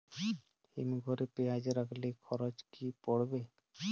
হিম ঘরে পেঁয়াজ রাখলে খরচ কি পড়বে?